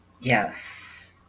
Yes